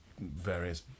various